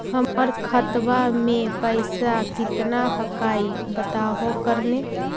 हमर खतवा में पैसा कितना हकाई बताहो करने?